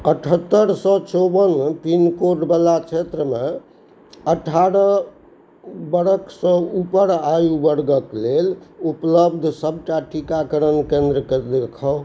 अठहत्तर सए चौबन पिन कोड बला क्षेत्रमे अठारह बरषसँ ऊपर आयु वर्गक लेल उपलब्ध सबटा टीकाकरण केंद्र कऽ देखाउ